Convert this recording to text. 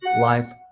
life